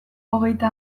hogeita